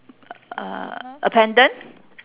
uh a pendant